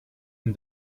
and